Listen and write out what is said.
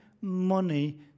money